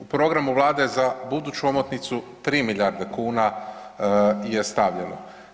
U programu vlade za buduću omotnicu 3 milijarde kuna je stavljeno.